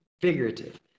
figurative